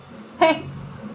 Thanks